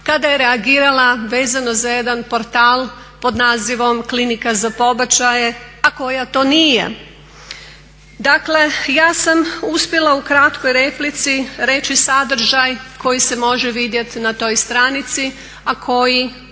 kada je reagirala vezano za jedan portal pod nazivom "Klinika za pobačaje", a koja to nije. Dakle, ja sam uspjela u kratkoj replici reći sadržaj koji se može vidjeti na toj stranici, a koji